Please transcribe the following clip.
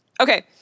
okay